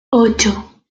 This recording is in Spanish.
ocho